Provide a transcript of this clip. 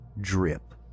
drip